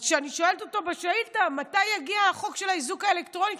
אז כשאני שואלת אותו בשאילתה מתי יגיע החוק של האיזוק האלקטרוני,